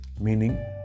meaning